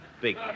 big